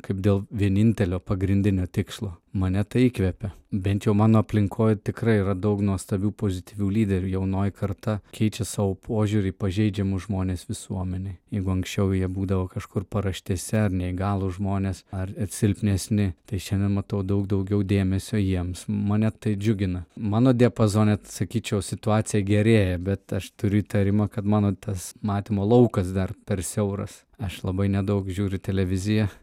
kaip dėl vienintelio pagrindinio tikslo mane tai įkvepia bent jau mano aplinkoj tikrai yra daug nuostabių pozityvių lyderių jaunoji karta keičia savo požiūrį į pažeidžiamus žmones visuomenėj jeigu anksčiau jie būdavo kažkur paraštėse ar neįgalūs žmonės ar silpnesni tai šiandien matau daug daugiau dėmesio jiems mane tai džiugina mano diapazone sakyčiau situacija gerėja bet aš turiu įtarimą kad mano tas matymo laukas dar per siauras aš labai nedaug žiūriu televiziją